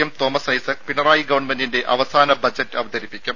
M Thomas Isaac Pinarayi ഗവൺമെന്റിന്റെ അവസാന budget അവതരിപ്പിക്കും